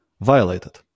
violated